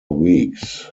weeks